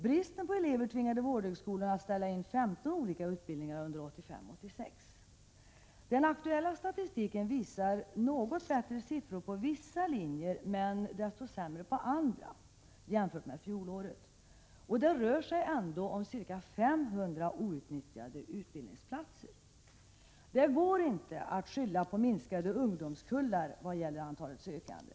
Bristen på elever tvingade vårdhögskolorna att ställa in 15 olika utbildningar under 1985/86. Den aktuella statistiken visar på något bättre siffror jämfört med fjolåret på vissa linjer men desto sämre på andra. Det rör sig ändå om ca 500 outnyttjade utbildningsplatser. Det går inte att skylla på de minskade ungdomskullarna när det gäller antalet sökande.